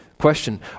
question